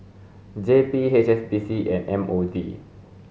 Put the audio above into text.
J P H S B C and M O D